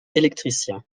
électricien